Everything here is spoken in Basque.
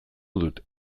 dut